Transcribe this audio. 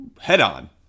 head-on